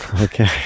Okay